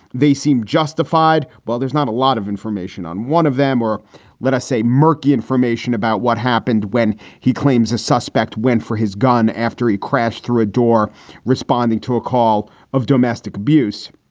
they seemed justified. while there's not a lot of information on one of them or let us say murky information about what happened when he claims a suspect went for his gun after he crashed through a door responding to a call of domestic abuse.